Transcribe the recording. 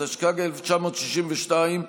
התשכ"ג 1962,